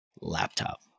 laptop